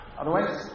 Otherwise